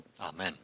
Amen